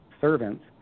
servants